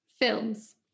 Films